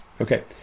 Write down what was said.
Okay